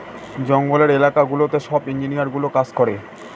জঙ্গলের এলাকা গুলোতে সব ইঞ্জিনিয়ারগুলো কাজ করে